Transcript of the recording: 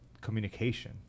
communication